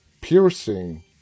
Piercing